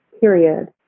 period